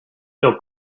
real